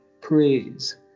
praise